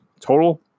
total